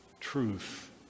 truth